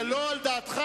זה לא על דעתך,